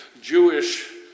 Jewish